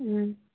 ꯎꯝ